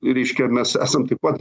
reiškia mes esam taip pat